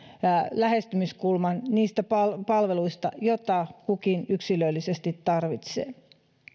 lähestymiskulman niistä palveluista joita kukin yksilöllisesti tarvitsee